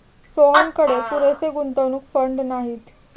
सोहनकडे पुरेसे गुंतवणूक फंड नाहीत